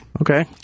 Okay